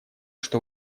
что